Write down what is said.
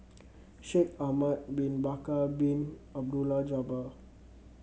Shaikh Ahmad Bin Bakar Bin Abdullah Jabbar